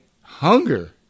hunger